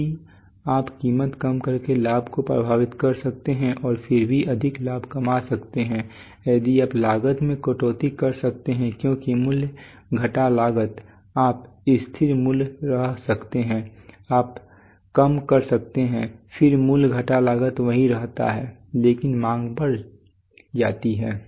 तो आप कीमत कम करके मांग को प्रभावित कर सकते हैं और फिर भी अधिक लाभ कमा सकते हैं यदि आप लागत में कटौती कर सकते हैं क्योंकि मूल्य घटा लागत आप स्थिर मूल्य रह सकते हैं आप कम कर सकते हैं फिर मूल्य घटा लागत वही रहता है लेकिन मांग बढ़ जाती है